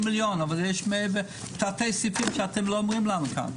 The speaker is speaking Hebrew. יש תתי סעיפים שאתם לא אומרים לנו מה הם.